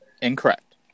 incorrect